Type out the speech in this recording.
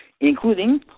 including